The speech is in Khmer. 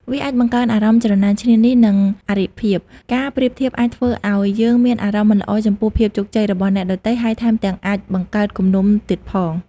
វាអាចបង្កើនអារម្មណ៍ច្រណែនឈ្នានីស និងអរិភាព ការប្រៀបធៀបអាចធ្វើឲ្យយើងមានអារម្មណ៍មិនល្អចំពោះភាពជោគជ័យរបស់អ្នកដទៃ ហើយថែមទាំងអាចបង្កើតគំនុំទៀតផង។